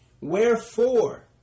wherefore